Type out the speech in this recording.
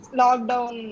lockdown